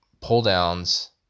pull-downs